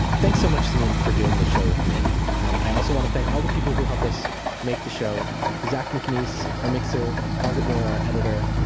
thanks so much samin for doing the show with me. and i also want to thank all the people who helped us make the show zach mcneese, our mixer, margaret miller, our editor,